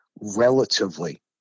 relatively